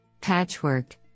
Patchwork